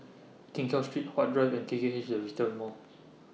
Keng Cheow Street Huat Drive and K K H The Retail Mall